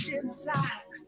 inside